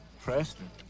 Preston